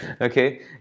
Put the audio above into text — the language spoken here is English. okay